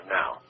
now